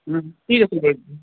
ঠিক আছে দিয়া